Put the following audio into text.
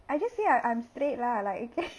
I just say I I'm straight lah like